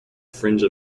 fringe